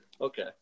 Okay